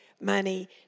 Money